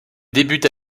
débute